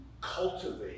cultivate